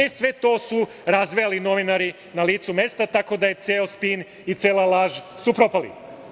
E, sve to su razvejali novinari na licu mesta, tako da su ceo spin i cela laž propali.